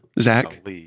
Zach